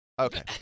Okay